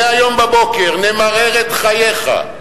מהיום בבוקר: נמרר את חייך.